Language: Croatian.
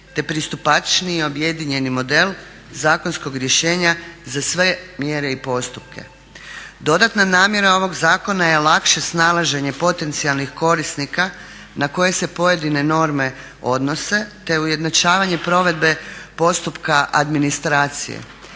te pristupačniji objedinjeni model zakonskog rješenja za sve mjere i postupke. Dodatna namjera ovog zakona je lakše snalaženje potencijalnih korisnika na koje se pojedine norme odnose te ujednačavanje provedbe postupka administracije.